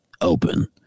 Open